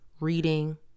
reading